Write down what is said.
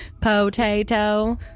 Potato